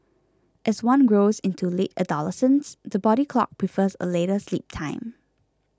as one grows into late adolescence the body clock prefers a later sleep time